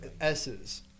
S's